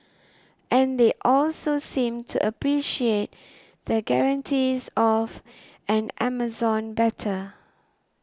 and they also seemed to appreciate the guarantees of an Amazon better